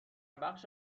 بخش